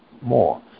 more